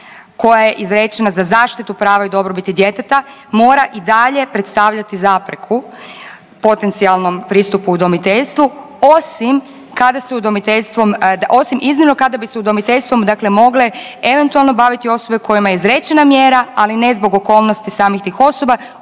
koja je izrečena za zaštitu prava i dobrobiti djeteta mora i dalje predstavljati zapreku potencijalnom pristupu udomiteljstvu osim kada se udomiteljstvom osim iznimno kada bi se udomiteljstvom dakle mogle eventualno baviti osobe kojima je izrečena mjera, ali ne zbog okolnosti samih tih osoba